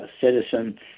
citizen